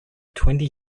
twenty